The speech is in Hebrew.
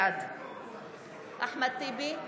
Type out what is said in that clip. בעד אחמד טיבי,